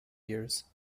years